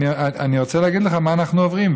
אני רוצה להגיד לך מה אנחנו עוברים.